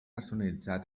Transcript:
personalitzar